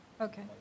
Okay